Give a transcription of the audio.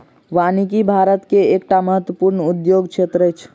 वानिकी भारत के एकटा महत्वपूर्ण उद्योग क्षेत्र अछि